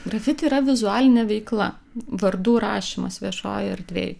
grafiti yra vizualinė veikla vardų rašymas viešoj erdvėj